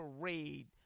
parade